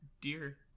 Dear